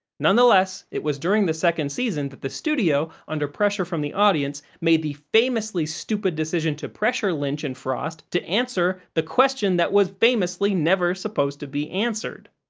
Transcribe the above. nonetheless, it was during the second season that the studio, under pressure from the audience, made the famously stupid decision to pressure lynch and frost to answer the question that was, famously, never supposed to be answered.